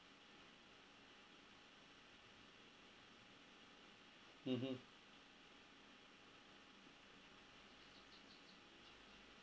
mmhmm